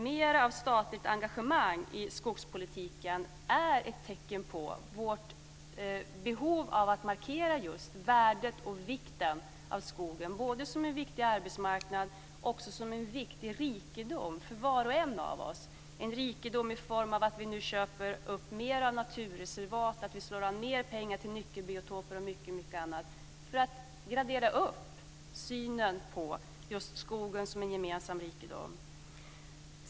Mer av statligt engagemang i skogspolitiken är ett tecken på vårt behov av att just markera värdet och vikten av skogen, både som en viktig arbetsmarknad och som en viktig rikedom för var och en av oss, rikedom i form av att vi nu köper upp mer av naturreservat, och att vi anslår mer pengar till nyckelbiotoper och mycket annat för att uppgradera synen på skogen som en gemensam rikedom.